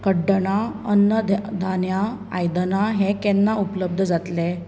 कड्डणां अन्न धा धान्या आयदनां हें केन्ना उपलब्ध जातलें